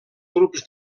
grups